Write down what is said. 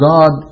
God